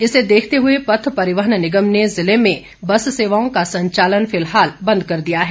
इसे देखते हुए पथ परिवहन निगम ने जिले में बस सेवाओं का संचालन फिलहाल बंद कर दिया है